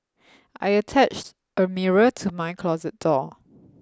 I attached a mirror to my closet door